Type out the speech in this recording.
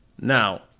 Now